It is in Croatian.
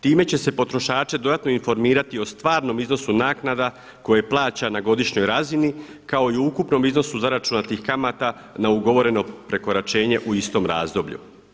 Time će se potrošače dodatno informirati o stvarnom iznosu naknada koje plaća na godišnjoj razini kao i o ukupnom iznosu zaračunatih kamata na ugovoreno prekoračenje u istom razdoblju.